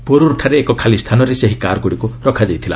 ପୋର୍ରର୍ଠାରେ ଏକ ଖାଲି ସ୍ଥାନରେ ସେହି କାର୍ଗୁଡ଼ିକୁ ରଖାଯାଇଥିଲା